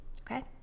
Okay